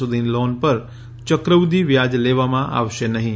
સુધીની લોન ઉપર યક્રવૃધ્યિ વ્યાજ લેવામાં આવશે નહીં